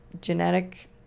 genetic